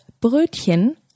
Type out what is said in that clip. Brötchen